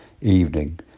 evening